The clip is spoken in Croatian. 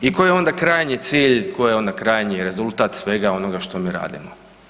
I koji je onda krajnji cilj, koji je onda krajnji rezultat svega onoga što mi radimo?